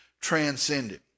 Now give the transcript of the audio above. transcended